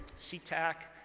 seatac,